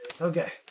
Okay